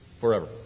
Forever